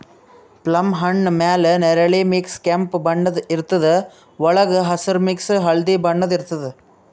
plum ಹಣ್ಣ್ ಮ್ಯಾಲ್ ನೆರಳಿ ಮಿಕ್ಸ್ ಕೆಂಪ್ ಬಣ್ಣದ್ ಇರ್ತದ್ ವಳ್ಗ್ ಹಸ್ರ್ ಮಿಕ್ಸ್ ಹಳ್ದಿ ಬಣ್ಣ ಇರ್ತದ್